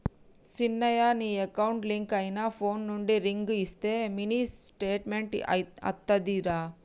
సిన్నయ నీ account link అయిన ఫోన్ నుండి రింగ్ ఇస్తే మినీ స్టేట్మెంట్ అత్తాదిరా